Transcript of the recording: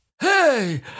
Hey